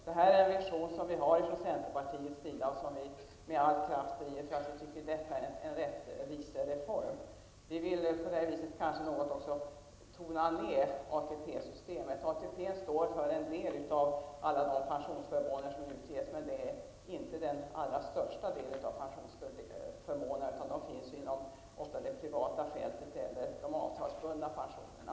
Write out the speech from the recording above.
Detta är centerpartiets vision som vi med all kraft driver fram, eftersom det rör sig om en rättvisereform. Vi vill också tona ned ATP systemet, som står för en del av alla de pensionsförmåner som utbetalas, men det är inte den största delen utan den återfinns ofta inom det privata fältet eller inom de avtalsbundna pensionerna.